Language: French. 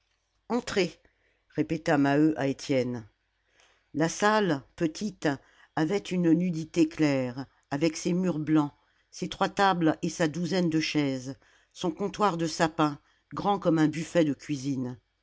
répéta maheu à étienne la salle petite avait une nudité claire avec ses murs blancs ses trois tables et sa douzaine de chaises son comptoir de sapin grand comme un buffet de cuisine